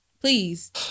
Please